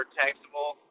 taxable